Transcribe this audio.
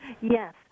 Yes